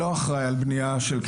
אני לא אחראי על בנייה של כיתות.